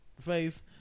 face